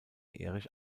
erich